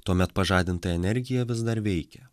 tuomet pažadinta energija vis dar veikia